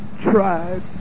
tried